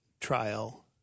trial